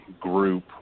group